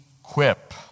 equip